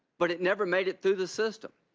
but it never made it through the system.